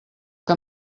que